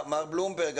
מר בלומברג,